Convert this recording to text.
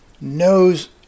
knows